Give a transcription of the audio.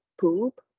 poop